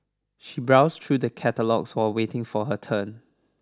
she browsed through the catalogues while waiting for her turn